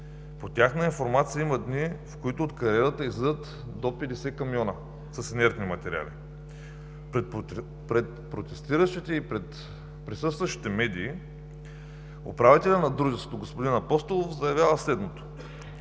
По тяхна информация има дни, в които от кариерата излизат до 50 камиона с инертни материали. Пред протестиращите и пред присъстващите медии управителят на дружеството господин Апостолов заявява следното: